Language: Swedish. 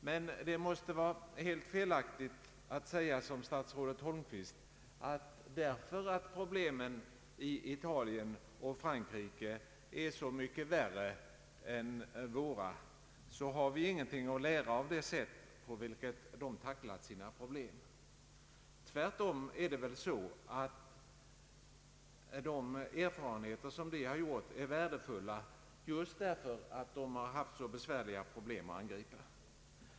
Men det måste vara helt felaktigt att liksom statsrådet Holmqvist påstå att vi, därför att problemen i Italien och Frankrike är så mycket värre än våra, inte har någonting att lära av det sätt på vilket de har tacklat sina problem. Tvärtom är väl deras erfarenheter värdefulla just därför att de har haft sådana besvärliga problem att angripa.